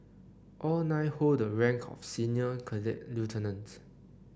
all nine hold the rank of senior cadet lieutenant